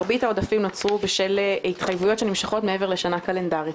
מרבית העודפים נוצרו בשל התחייבויות שנמשכות מעבר לשנה קלנדרית.